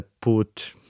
put